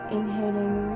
Inhaling